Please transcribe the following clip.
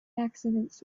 accidents